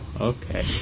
Okay